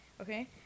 okay